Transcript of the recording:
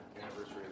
anniversary